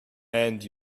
and